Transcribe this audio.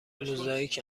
موزاییک